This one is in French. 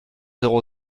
zéro